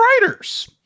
writers